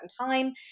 time